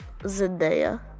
Zendaya